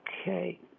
Okay